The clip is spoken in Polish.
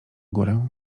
górę